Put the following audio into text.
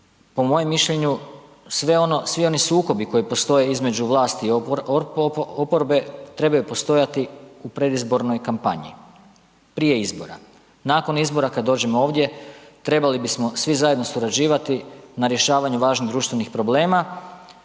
po mojem mišljenju svi oni sukobi koji postoje između vlasti i oporbe trebaju postojati u predizbornoj kampanji, prije izbora. Nakon izbora kada dođemo ovdje trebali bismo svi zajedno surađivati na rješavanju važnih društvenih problema,